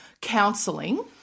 counselling